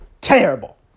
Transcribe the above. terrible